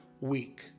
week